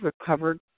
recovered